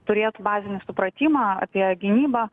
turėtų bazinį supratimą apie gynybą